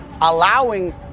allowing